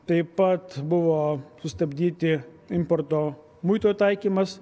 taip pat buvo sustabdyti importo muito taikymas